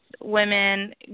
women